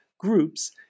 groups